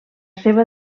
seva